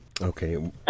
Okay